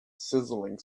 sizzling